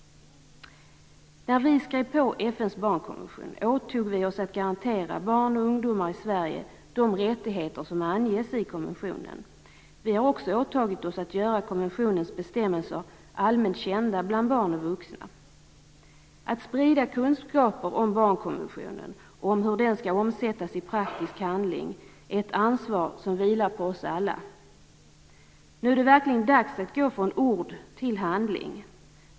När vi skrev på FN:s barnkonvention åtog vi oss att garantera barn och ungdomar i Sverige de rättigheter som anges i konventionen. Vi har också åtagit oss att göra konventionens bestämmelser allmänt kända bland barn och vuxna. Att sprida kunskaper om barnkonventionen och om hur den skall omsättas i praktisk handling är ett ansvar som vilar på oss alla. Nu är det verkligen dags att gå från ord till handling.